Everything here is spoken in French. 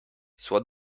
soit